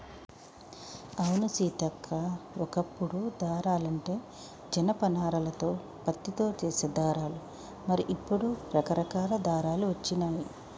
అవును సీతక్క ఓ కప్పుడు దారాలంటే జనప నారాలతో పత్తితో చేసే దారాలు మరి ఇప్పుడు రకరకాల దారాలు వచ్చినాయి